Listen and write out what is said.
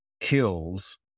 Kills